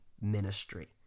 ministry